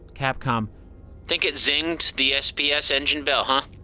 capcom think it zinged the sps engine bell, huh?